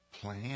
plan